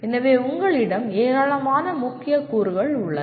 எனவே உங்களிடம் ஏராளமான முக்கிய கூறுகள் உள்ளன